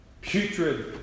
putrid